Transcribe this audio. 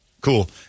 Cool